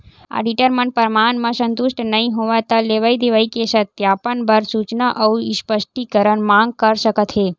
auditor मन परमान म संतुस्ट नइ होवय त लेवई देवई के सत्यापन बर सूचना अउ स्पस्टीकरन मांग सकत हे